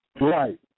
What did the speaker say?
right